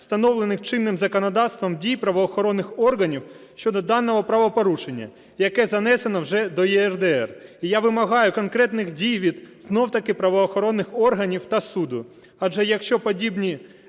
встановлених чинним законодавством дій правоохоронних органів щодо даного правопорушення, яке занесено вже до ЄРДР. І я вимагаю конкретних дій від знов-таки правоохоронних органів та суду,